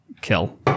Kill